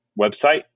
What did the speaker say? website